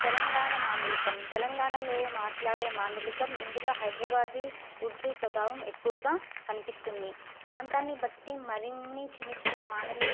తెలంగాణ మాండలికం తెలంగాణలో మాట్లాడే మాండలికం ఇందులో హైదరాబాద్ ఉర్దూ ప్రభావం ఎక్కువగా కనిపిస్తుంది ప్రాంతాన్ని బట్టి మరిన్ని చిన్న చిన్న మాండలిక